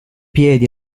piedi